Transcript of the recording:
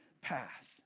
path